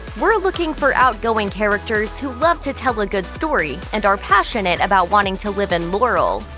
we're looking for outgoing characters who love to tell a good story and are passionate about wanting to live in laurel.